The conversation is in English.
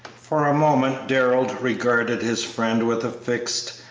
for a moment darrell regarded his friend with a fixed,